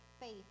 faith